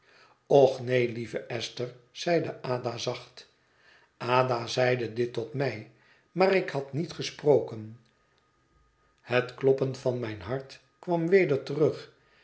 och neen lieve esther zeide ada zacht ada zeide dit tot mij maar ik had niet gesproken het kloppen van mijn hart kwam weder terug